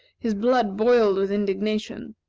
his blood boiled with indignation.